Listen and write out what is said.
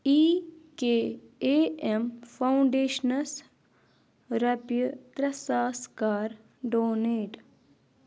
E K A M foundations رۄپیہِ ترٛےٚ ساس کر ڈونیٹ